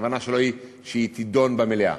הכוונה שלו שהיא תידון במליאה.